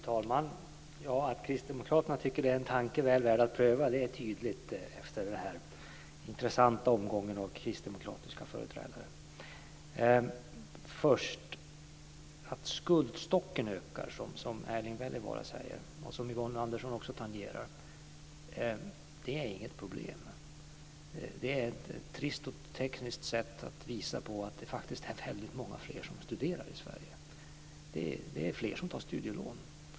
Fru talman! Att kristdemokraterna tycker att detta är en tanke väl värd att pröva framgår tydligt efter den här intressanta omgången av kristdemokratiska företrädare. Erling Wälivaara säger att skuldstocken ökar, och Yvonne Andersson tangerade det också. Det är inget problem. Det är ett trist och tekniskt sätt att visa att det faktiskt är väldigt många fler som studerar i Sverige. Det är fler som tar studielån.